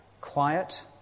quiet